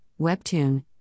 webtoon